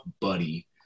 Buddy